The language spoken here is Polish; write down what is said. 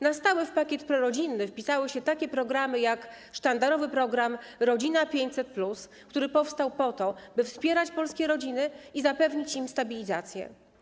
Na stałe w pakiet prorodzinny wpisały się takie programy jak sztandarowy program ˝Rodzina 500+˝, który powstał po to, by wspierać polskie rodziny i zapewnić im stabilizację.